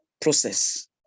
process